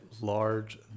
large